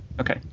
Okay